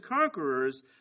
conquerors